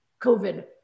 COVID